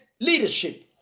leadership